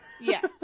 Yes